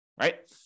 right